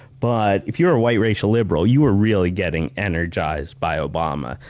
but if you're a white racial liberal, you are really getting energized by obama.